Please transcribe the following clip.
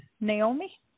Naomi